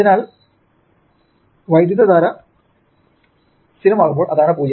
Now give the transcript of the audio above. അതിനാൽ കപ്പാസിറ്ററുകളിലുടനീളമുള്ള വോൾട്ടേജ് വൈദ്യുതധാര സ്ഥിരമാക്കുമ്പോൾ അതാണ് 0